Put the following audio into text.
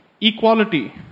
equality